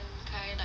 kind like